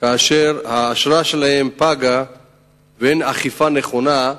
כאשר האשרה שלהם פגה ואין אכיפה נכונה,